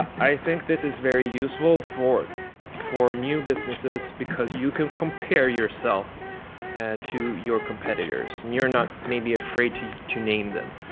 i think this is very useful for for new businesses, because you can compare yourself to your competitors. and you're not maybe afraid to to name them.